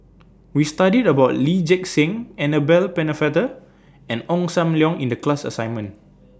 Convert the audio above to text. We studied about Lee Gek Seng Annabel Pennefather and Ong SAM Leong in The class assignment